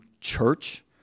church